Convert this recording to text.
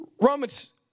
Romans